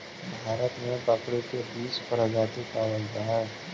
भारत में बकरी के बीस प्रजाति पावल जा हइ